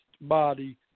body